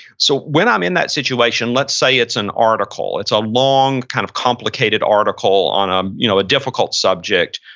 so, when i'm in that situation, let's say it's an article, it's a long kind of complicated article on um you know a difficult subject